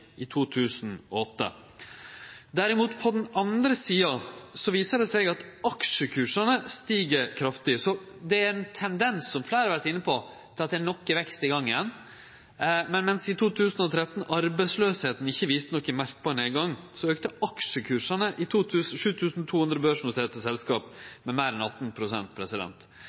i 2008. Derimot, på den andre sida, viser det seg at aksjekursane stig kraftig, så det er ein tendens, som fleire har vore inne på, til at det er noko vekst i gang igjen. Mens arbeidsløysa i 2013 ikkje viste nokon merkbar nedgang, auka aksjekursane i 7 200 børsnoterte selskap med meir enn